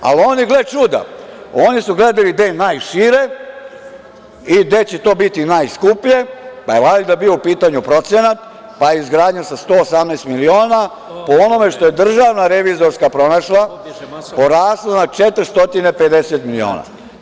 Ali oni, gle čuda, oni su gradili gde je najšire i gde će to biti najskuplje, pa je valjda bio u pitanju procenat, pa je izgradnja sa 118 miliona, po onome što je DRI pronašla, porasla na 450 miliona.